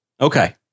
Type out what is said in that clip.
Okay